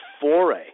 foray